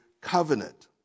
covenant